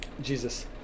Jesus